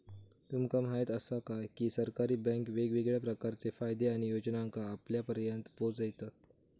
तुमका म्हायत आसा काय, की सरकारी बँके वेगवेगळ्या प्रकारचे फायदे आणि योजनांका आपल्यापर्यात पोचयतत